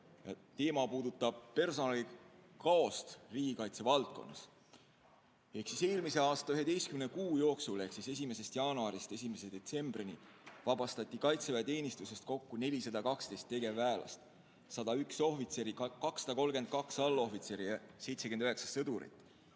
teema puudutab personalikaost riigikaitse valdkonnas. Eelmise aasta 11 kuu jooksul, ehk siis 1. jaanuarist 1. detsembrini vabastati Kaitseväe teenistusest kokku 412 tegevväelast, 101 ohvitseri, 232 allohvitseri, 79 sõdurit